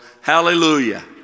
hallelujah